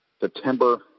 September